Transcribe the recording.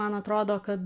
man atrodo kad